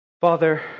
Father